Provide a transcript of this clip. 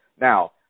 Now